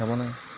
হ'বনে